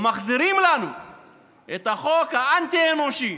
או מחזירים לנו את החוק האנטי-אנושי,